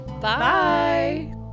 Bye